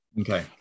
Okay